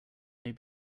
may